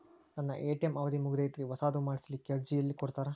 ನನ್ನ ಎ.ಟಿ.ಎಂ ಅವಧಿ ಮುಗದೈತ್ರಿ ಹೊಸದು ಮಾಡಸಲಿಕ್ಕೆ ಅರ್ಜಿ ಎಲ್ಲ ಕೊಡತಾರ?